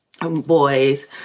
boys